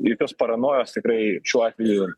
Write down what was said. jokios paranojos tikrai šiuo atveju